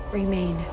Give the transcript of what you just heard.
remain